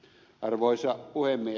arvoisa puhemies